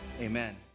amen